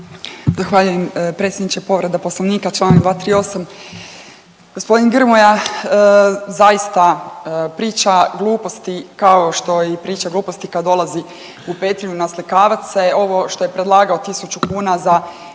Zahvaljujem predsjedniče. Povreda Poslovnika članak 238. Gospodin Grmoja zaista priča gluposti kao što i priča gluposti kada dolazi u Petrinju naslikavat se. Ovo što je predlagao tisuću kuna za